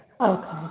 Okay